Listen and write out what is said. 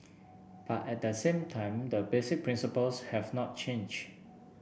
but at the same time the basic principles have not changed